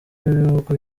b’ibihugu